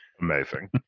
Amazing